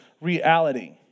reality